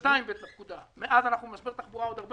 לפקודה אנחנו במשבר תחבורה עוד הרבה